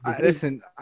Listen